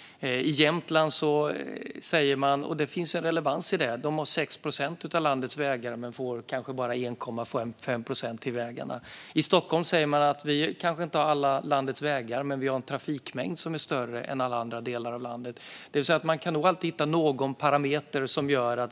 I fallet med Jämtland finns det en viss relevans. De har 6 procent av landets vägar men får kanske bara 1,5 procent till vägarna. I Stockholm säger man att man inte har alla landets vägar men trafikmängden är större än i alla andra delar av landet. Det går alltid att hitta någon parameter som